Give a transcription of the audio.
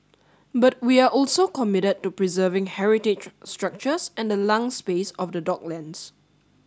but we are also committed to preserving heritage structures and the lung space of the docklands